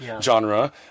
genre